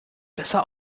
besser